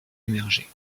émerger